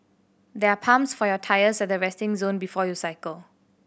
there are pumps for your tyres at the resting zone before you cycle